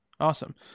Awesome